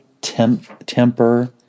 temper